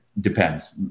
depends